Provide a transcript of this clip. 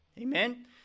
Amen